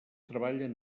treballen